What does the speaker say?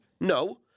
No